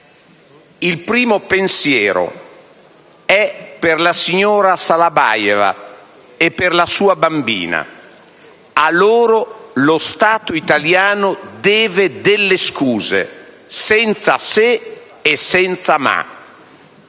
Il primo pensiero è per la signora Shalabayeva e la sua bambina: a loro lo Stato italiano deve delle scuse, senza se e senza ma.